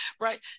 right